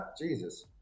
jesus